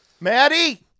Maddie